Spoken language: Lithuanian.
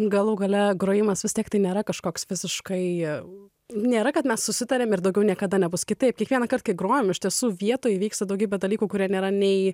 galų gale grojimas vis tiek tai nėra kažkoks visiškai jau nėra kad mes susitarėm ir daugiau niekada nebus kitaip kiekvienąkart kai grojam iš tiesų vietoj įvyksta daugybė dalykų kurie nėra nei